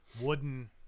wooden